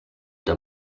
des